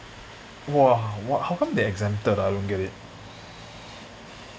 !wah! !wah! how come they exempted I don't get it